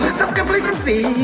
self-complacency